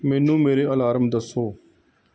ਮੈਨੂੰ ਮੇਰੇ ਅਲਾਰਮ ਦੱਸੋ